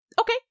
Okay